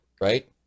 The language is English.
Right